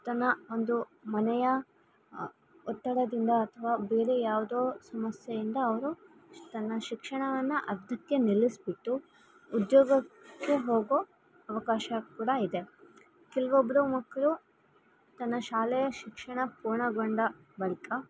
ತನ್ನ ಒಂದು ಮನೆಯ ಒತ್ತಡದಿಂದ ಅಥವಾ ಬೇರೆ ಯಾವುದೋ ಸಮಸ್ಯೆಯಿಂದ ಅವರು ತನ್ನ ಶಿಕ್ಷಣವನ್ನು ಅರ್ಧಕ್ಕೆ ನಿಲ್ಲಿಸಿಬಿಟ್ಟು ಉದ್ಯೋಗಕ್ಕೆ ಹೋಗೋ ಅವಕಾಶ ಕೂಡ ಇದೆ ಕೆಲವೊಬ್ರು ಮಕ್ಕಳು ತನ್ನ ಶಾಲೆಯ ಶಿಕ್ಷಣ ಪೂರ್ಣಗೊಂಡ ಬಳಿಕ